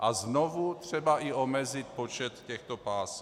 A znovu třeba i omezit počet těchto pásem.